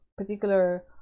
Particular